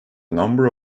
number